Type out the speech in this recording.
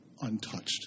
untouched